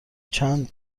چند